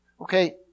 Okay